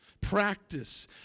Practice